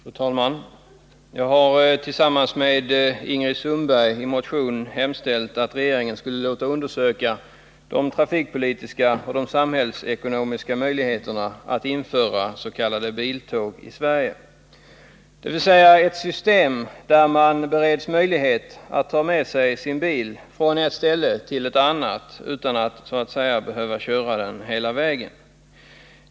Fru talman! Jag har tillsammans med Ingrid Sundberg i en motion hemställt att regeringen låter undersöka de trafikpolitiska och samhällsekonomiska möjligheterna att införa s.k. biltåg i Sverige, dvs. ett system där man bereds möjlighet att ta med sig sin bil från ett ställe till ett annat utan att behöva köra den hela vägen.